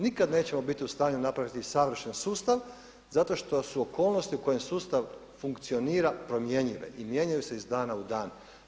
Nikada nećemo biti u stanju napraviti savršen sustav zato što su okolnosti u kojima sustav funkcionira promjenjive i mijenjaju se iz dana u dan.